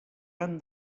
han